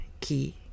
key